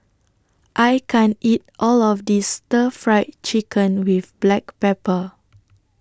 I can't eat All of This Stir Fried Chicken with Black Pepper